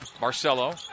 Marcelo